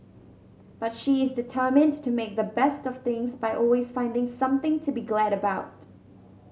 but she is determined to make the best of things by always finding something to be glad about